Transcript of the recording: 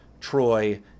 Troy